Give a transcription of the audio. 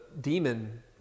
demon